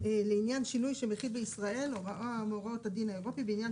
לעניין שינוי שמכיל בישראל הוראה המורת הדין האירופי בעניין